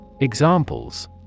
Examples